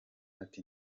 ati